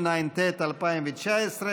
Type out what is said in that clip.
התשע"ט 2019,